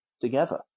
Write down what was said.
together